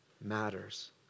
matters